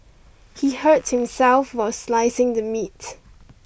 he hurt himself while slicing the meat